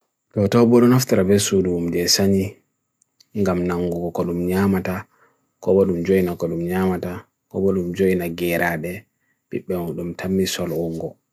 tawtaw burun after abesu dum desa ni ingam naungo kodum nyamata kodum joina kodum nyamata kodum joina ghera de pipbiong dum tam miso lungo